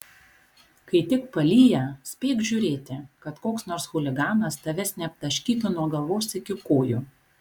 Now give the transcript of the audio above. kai tik palyja spėk žiūrėti kad koks nors chuliganas tavęs neaptaškytų nuo galvos iki kojų